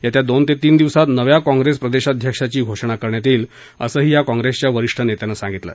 येत्या दोन ते तीन दिवसांत नव्या काँप्रेस प्रदेशाध्यक्षाची घोषणा करण्यात येईल असंही या कांप्रेसच्या वरिष्ठ नेत्यानं सांगितलं